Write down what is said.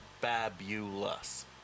fabulous